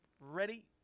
Ready